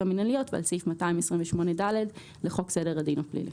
המינהליות ועל סעיף 228ד לחוק סדר הדין הפלילי.